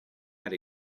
had